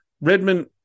Redmond